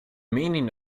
meaning